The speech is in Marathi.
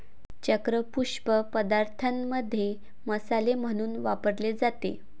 चक्र पुष्प पदार्थांमध्ये मसाले म्हणून वापरले जाते